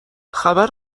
خبر